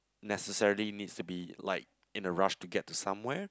necessary needs to be like in a rush to get to somewhere